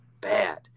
bad